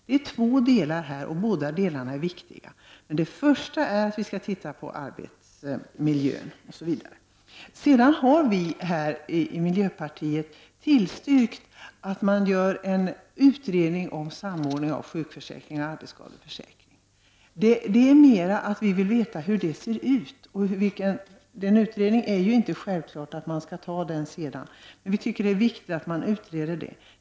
Det här är två delar som bägge är viktiga. Vi har i miljöpartiet tillstyrkt att det görs en utredning om samordning mellan sjukförsäkringen och arbetsskadeförsäkringen. Det beror på att vi vill veta hur det ser ut. Det är inte självklart att en samordning skall göras, men det är viktigt att utreda frågan.